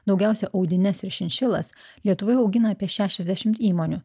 daugiausia audines ir šinšilas lietuvoje augina apie šešiasdešimt įmonių